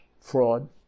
fraud